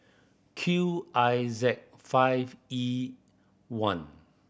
Q I Z five E one